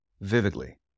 vividly